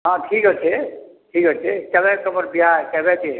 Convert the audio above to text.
ହଁ ଠିକ୍ ଅଛେ ଠିକ୍ ଅଛେ କେଭେ ତମର ବିହା କେଭେ ଯେ